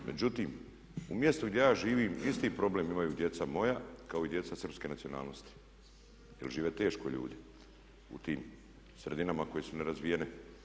Međutim, u mjestu gdje ja živim isti problem imaju djeca moja kao i djeca srpske nacionalnosti jer žive teško ljudi u tim sredinama koje su nerazvijene.